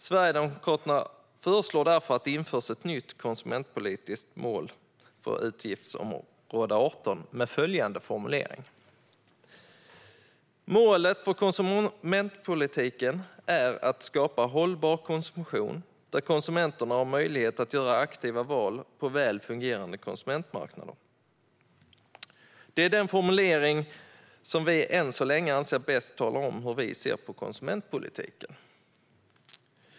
Sverigedemokraterna föreslår därför att det införs ett nytt konsumentpolitiskt mål för utgiftsområde 18 med följande formulering: "Målet för konsumentpolitiken är att skapa hållbar konsumtion, där konsumenterna har möjlighet att göra aktiva val på väl fungerande konsumentmarknader." Det är den formulering som vi än så länge anser bäst talar om hur vi ser på konsumentpolitiken.